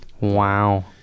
Wow